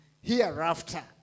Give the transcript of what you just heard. Hereafter